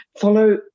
follow